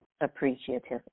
appreciative